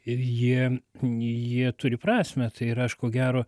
ir jie jie turi prasmę tai ir aš ko gero